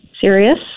serious